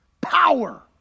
Power